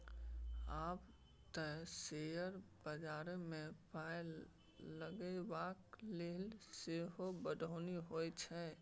आब तँ शेयर बजारमे पाय लगेबाक लेल सेहो पढ़ौनी होए छै